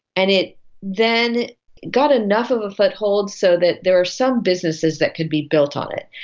and it then got enough of a foothold so that there were some businesses that could be built on it,